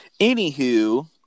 Anywho